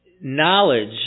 knowledge